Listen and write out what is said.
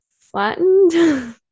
flattened